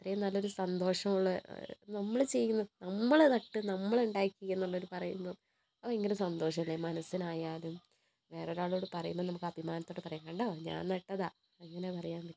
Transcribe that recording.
അത്രയും നല്ലൊരു സന്തോഷമുള്ള നമ്മൾ ചെയ്യുന്ന നമ്മൾ നട്ടു നമ്മൾ ഉണ്ടാക്കി എന്നു പറയുമ്പം അത് ഭയങ്കര സന്തോഷമല്ലേ മനസ്സിനായാലും വേറൊരാളോട് പറയുമ്പോൾ നമുക്ക് അഭിമാനത്തോടെ പറയാം കണ്ടോ ഞാൻ നട്ടതാണ് അങ്ങനെ പറയാൻ പറ്റും